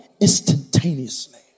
instantaneously